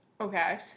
Okay